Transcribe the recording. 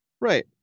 Right